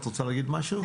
את רוצה להוסיף משהו?